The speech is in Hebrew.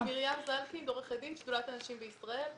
שדולת הנשים בישראל.